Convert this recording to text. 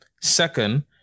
Second